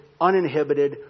uninhibited